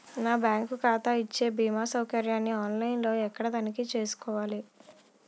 నా బ్యాంకు ఖాతా ఇచ్చే భీమా సౌకర్యాన్ని ఆన్ లైన్ లో ఎక్కడ తనిఖీ చేసుకోవాలి?